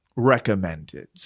recommended